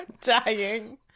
Dying